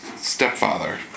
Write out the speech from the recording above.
stepfather